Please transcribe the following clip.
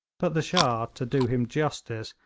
but the shah, to do him justice,